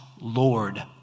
Lord